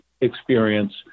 experience